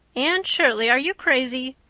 anne shirley are you crazy?